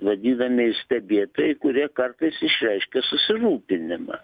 vadinamieji stebėtojai kurie kartais išreiškia susirūpinimą